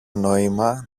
νόημα